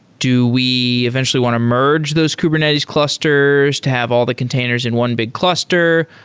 do we eventually want to merge those kubernetes clusters to have all the containers in one big cluster?